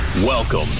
Welcome